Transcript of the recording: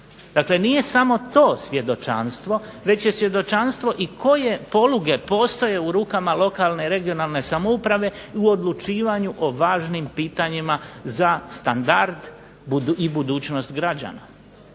Dakle nije samo to svjedočanstvo, već je svjedočanstvo i koje poluge postoje u rukama lokalne, regionalne samouprave u odlučivanju o važnim pitanjima za standard i budućnost građana,